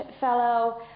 Fellow